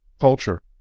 culture